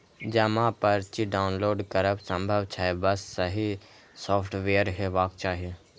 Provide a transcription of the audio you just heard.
जमा पर्ची डॉउनलोड करब संभव छै, बस सही सॉफ्टवेयर हेबाक चाही